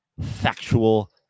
factual